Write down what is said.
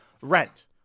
rent